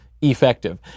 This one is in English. effective